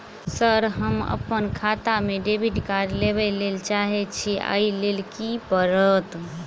Sir हम अप्पन खाता मे डेबिट कार्ड लेबलेल चाहे छी ओई लेल की परतै?